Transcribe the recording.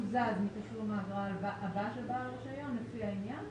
לפי העניין,